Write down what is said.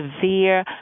severe